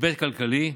היבט כלכלי.